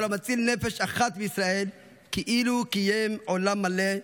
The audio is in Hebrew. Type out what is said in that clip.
כל המציל נפש אחת מישראל, כאילו קיים עולם מלא.